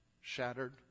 Shattered